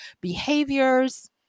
behaviors